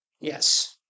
Yes